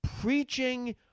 preaching